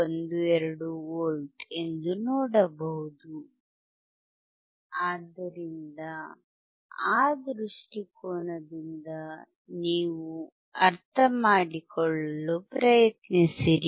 12 V ಎಂದು ನೋಡಬಹುದು ಆದ್ದರಿಂದ ಆ ದೃಷ್ಟಿಕೋನದಿಂದ ನೀವು ಅರ್ಥಮಾಡಿಕೊಳ್ಳಲು ಪ್ರಯತ್ನಿಸಿರಿ